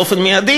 מייד,